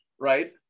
right